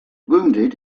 wounded